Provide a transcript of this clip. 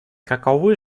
каковы